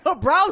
bro